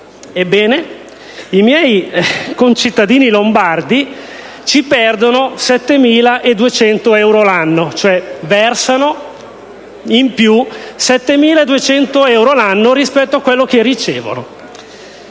Ebbene, i miei concittadini lombardi perdono 7.200 euro l'anno. Versano cioè 7.200 euro l'anno in più rispetto a quello che ricevono.